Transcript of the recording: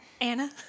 Anna